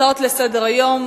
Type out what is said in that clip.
הצעות לסדר-היום.